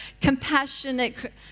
compassionate